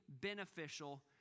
beneficial